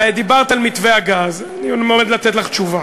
דיברת על מתווה הגז, אני אמור לתת לך תשובה,